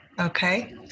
Okay